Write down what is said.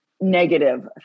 negative